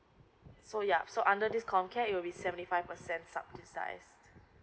so yup so under this comcare it will be seventy five percent subsidized